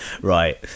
right